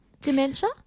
Dementia